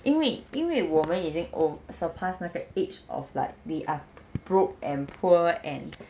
因为因为我们已经 over surpass 那个 age of like we are broke and poor and